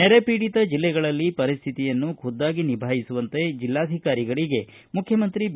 ನೆರೆಪೀಡಿತ ಜಿಲ್ಲೆಗಳಲ್ಲಿ ಪರಿಸ್ಥಿತಿಯನ್ನು ಖುದ್ದಾಗಿ ನಿಭಾಯಿಸುವಂತೆ ಜಿಲ್ಲಾಧಿಕಾರಿಗಳಿಗೆ ಮುಖ್ಯಮಂತ್ರಿ ಬಿ